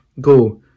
go